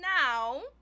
now